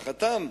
באמתחתם,